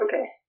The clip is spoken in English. okay